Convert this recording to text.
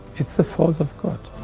it's the force of god.